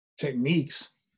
techniques